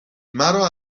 مرا